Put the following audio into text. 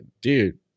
Dude